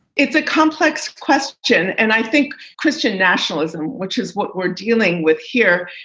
it's a complex question. and i think christian nationalism, which is what we're dealing with here,